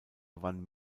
gewann